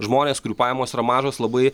žmonės kurių pajamos yra mažos labai